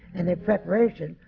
and their preparation,